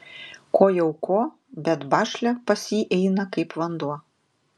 ko jau ko bet bašlia pas jį eina kaip vanduo